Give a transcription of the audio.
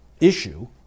issue